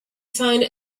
find